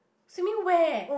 swimming where